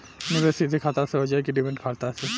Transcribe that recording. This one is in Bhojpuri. निवेश सीधे खाता से होजाई कि डिमेट खाता से?